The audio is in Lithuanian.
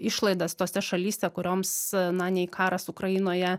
išlaidas tose šalyse kurioms na nei karas ukrainoje